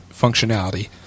functionality